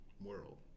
world